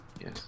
Yes